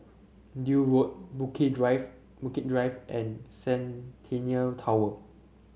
Deal Road Bukit Drive Bukit Drive and Centennial Tower